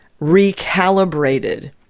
recalibrated